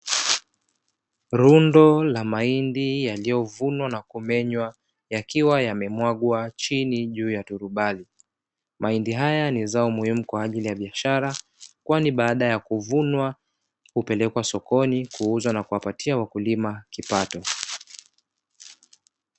Lundo la mahindi yaliyovunwa na kumenywa yakiwa yamemwagwa chini juu ya turubai. Mahindi haya ni zao muhimu kwa ajili ya biashara kwani baada ya kuvunwa hupelekwa sokoni kuuzwa na kuwapatia wakulima kipato.